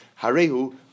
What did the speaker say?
Harehu